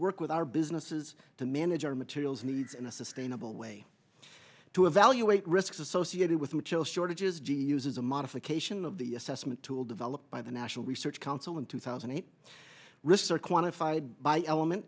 work with our businesses to manage our materials needs in a sustainable way to evaluate risks associated with materials shortages g e uses a modification of the assessment tool developed by the national research council in two thousand and eight risser quantified by element